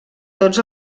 tots